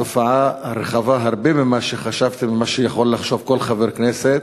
התופעה רחבה הרבה יותר ממה שחשבתם וממה שיכול לחשוב כל חבר כנסת.